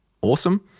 Awesome